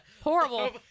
horrible